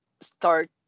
start